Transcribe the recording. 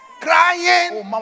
crying